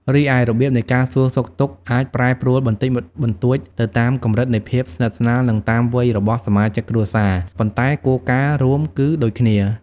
រីឯ របៀបនៃការសួរសុខទុក្ខអាចប្រែប្រួលបន្តិចបន្តួចទៅតាមកម្រិតនៃភាពស្និទ្ធស្នាល និងតាមវ័យរបស់សមាជិកគ្រួសារ ប៉ុន្តែគោលការណ៍រួម គឺដូចគ្នា។